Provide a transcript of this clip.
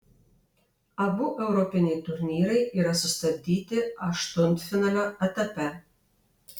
abu europiniai turnyrai yra sustabdyti aštuntfinalio etape